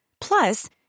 Plus